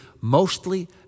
mostly